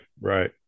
right